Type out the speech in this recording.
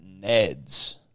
Neds